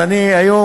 אז אני היום,